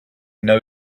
know